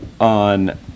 on